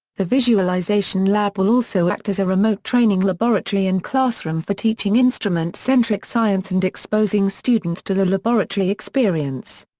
the visualisation lab will also act as a remote training laboratory and classroom for teaching instrument-centric science and exposing students to the laboratory experience.